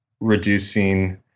reducing